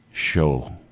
show